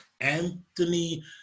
Anthony